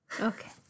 Okay